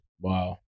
Wow